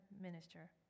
minister